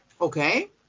Okay